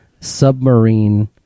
submarine